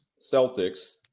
Celtics